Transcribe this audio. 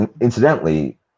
Incidentally